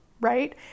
right